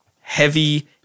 heavy